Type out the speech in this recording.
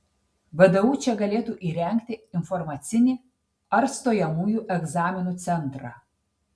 vdu čia galėtų įrengti informacinį ar stojamųjų egzaminų centrą